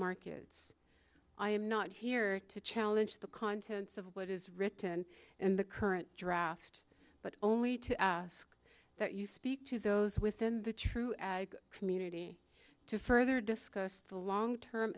markets i am not here to challenge the contents of what is written in the current draft but only to ask that you speak to those within the true ag community to further discuss the long term